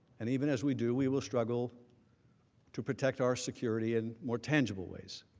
and even as we do we will struggle to protect our security in more tangible ways,